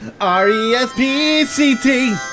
R-E-S-P-E-C-T